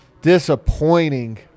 Disappointing